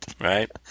Right